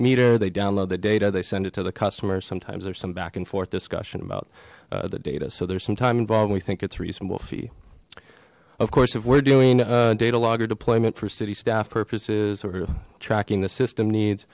meter they download the data they send it to the customer sometimes there's some back and forth discussion about the data so there's some time involved we think it's reasonable fee of course if we're doing data logger deployment for city staff purposes or tracking the system needs